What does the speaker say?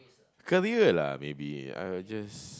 career lah maybe I would just